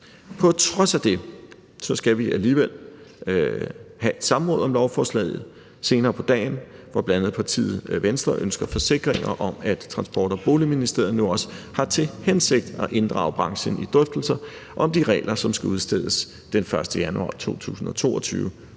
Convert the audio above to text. På trods af det skal vi alligevel have et samråd om lovforslaget senere på dagen, hvor bl.a. partiet Venstre ønsker forsikringer om, at Transport- og Boligministeriet nu også har til hensigt at inddrage branchen i drøftelser om de regler, som skal udstedes den 1. januar 2022,